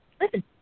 listen